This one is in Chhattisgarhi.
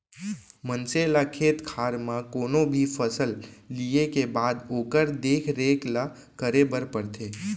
मनसे ल खेत खार म कोनो भी फसल लिये के बाद ओकर देख रेख ल करे बर परथे